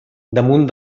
damunt